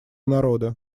народа